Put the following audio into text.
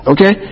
Okay